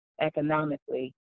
economically